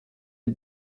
die